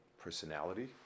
personality